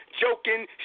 joking